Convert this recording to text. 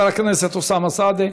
חבר הכנסת אוסאמה סעדי,